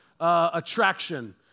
attraction